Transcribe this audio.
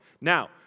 Now